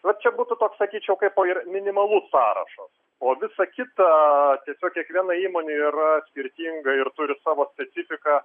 va čia būtų toks sakyčiau kaipo ir minimalus sąrašas o visa kita tiesiog kiekviena įmonė yra skirtinga ir turi savo specifiką